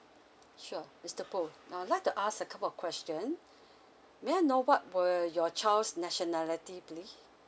sure mister boh I would like to ask a couple of question may I know what were your child's nationality plea